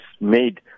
made